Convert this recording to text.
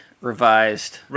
revised